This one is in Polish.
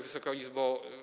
Wysoka Izbo!